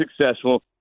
successful